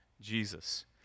Jesus